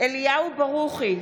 אליהו ברוכי,